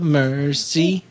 mercy